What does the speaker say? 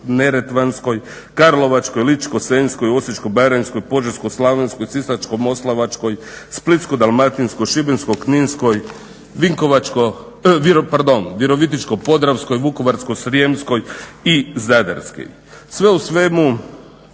Sve u svemu